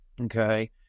Okay